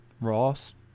Ross